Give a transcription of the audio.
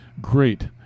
Great